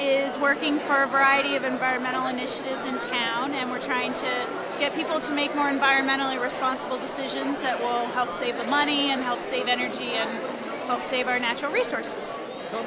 is working for a variety of environmental initiatives in town and we're trying to get people to make more environmentally responsible decisions that will help save money and help save energy and save our natural resource